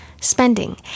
Spending